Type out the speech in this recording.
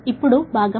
ఇప్పుడు భాగం ఎ